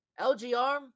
LGR